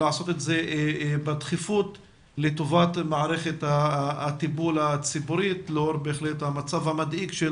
ולעשות זאת בדחיפות לטובת מערכת הטיפול הציבורית לאור המצב המדאיג של